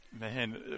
Man